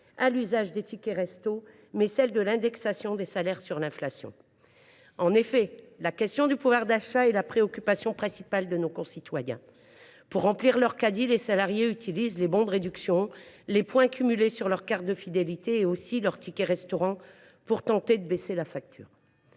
à l’usage des tickets restaurant, mais celle de l’indexation des salaires sur l’inflation. En effet, le pouvoir d’achat est la préoccupation principale de nos concitoyens. Pour remplir leur caddie, les salariés utilisent les bons de réduction et les points cumulés sur leurs cartes fidélité, mais aussi leurs titres restaurant, pour tenter de faire baisser la facture.